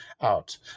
out